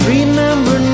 Remember